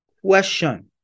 question